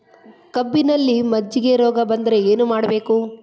ಕಬ್ಬಿನಲ್ಲಿ ಮಜ್ಜಿಗೆ ರೋಗ ಬಂದರೆ ಏನು ಮಾಡಬೇಕು?